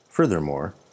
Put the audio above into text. Furthermore